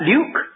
Luke